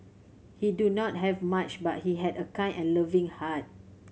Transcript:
he do not have much but he had a kind and loving heart